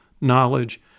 knowledge